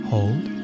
Hold